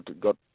got